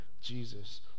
Jesus